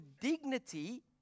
dignity